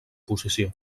posició